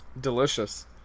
Delicious